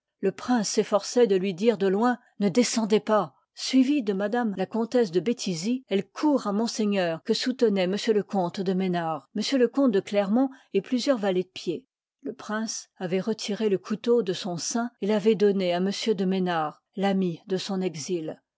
le prince s'efforçoit de lui dire de loin ne descendez pas suivie de m la comr tesse de béthizy elle court à monseigneur que soutenoit m le comte de mesnard m le comte de clermopt et plusieurs valets de pied le prince avoit retiré le couteau de son sein et l'ayoit donné à m de mesnard l'ami de son exil